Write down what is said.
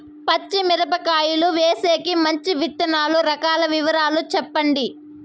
పచ్చి మిరపకాయలు వేసేకి మంచి విత్తనాలు రకాల వివరాలు చెప్పండి?